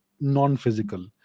non-physical